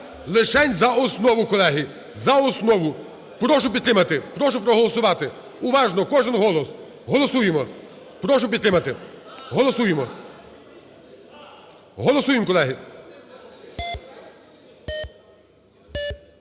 Лишень за основу, колеги, за основу. Прошу підтримати, прошу проголосувати. Уважно, кожен голос. Голосуємо! Прошу підтримати, голосуємо. Голосуємо, колеги!